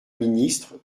ministre